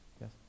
Yes